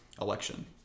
election